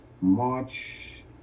March